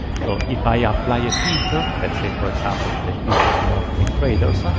so if i apply a filter, let's say for example, that i filter northwind traders. ah